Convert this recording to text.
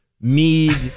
mead